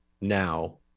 now